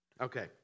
Okay